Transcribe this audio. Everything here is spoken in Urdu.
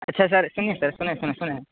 اچھا سر سنیے سر سنیں سنیں سنیں